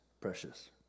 precious